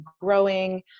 growing